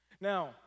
Now